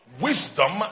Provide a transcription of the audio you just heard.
Wisdom